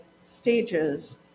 stages